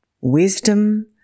wisdom